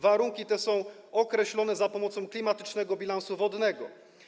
Warunki te są określone za pomocą klimatycznego bilansu wodnego.